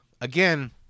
again